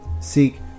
seek